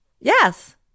Yes